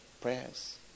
prayers